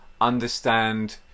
understand